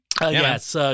Yes